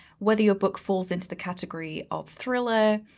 whether your book falls into the category of thriller,